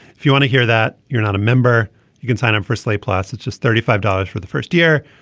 if you want to hear that you're not a member you can sign up for slate plus it's just thirty five dollars for the first year.